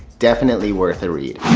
definitely worth the read.